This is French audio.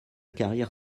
carrière